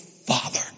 Father